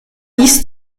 dies